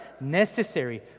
necessary